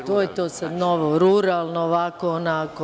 Da, to je to sad novo, ruralno, ovako, onako.